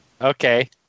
Okay